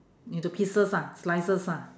into pieces ah slices ah